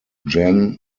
gen